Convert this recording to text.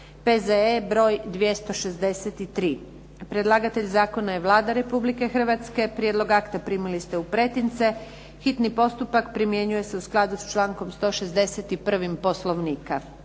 P.Z.E. br. 263 Predlagatelj zakona je Vlada Republike Hrvatske. Prijedlog akta primili ste u pretince. Hitni postupak primjenjuje se u skladu s člankom 161. Poslovnika.